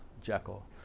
Jekyll